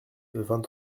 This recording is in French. vingt